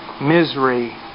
misery